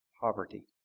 poverty